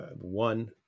one